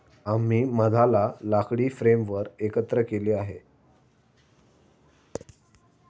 आम्ही मधाला लाकडी फ्रेमवर एकत्र केले आहे